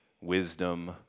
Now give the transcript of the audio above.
wisdom